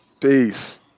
peace